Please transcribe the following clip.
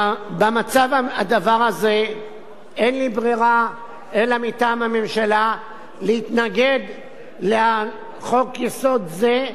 במצב הזה אין לי ברירה אלא מטעם הממשלה להתנגד לחוק-יסוד זה,